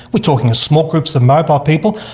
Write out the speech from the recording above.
we're talking small groups of mobile people,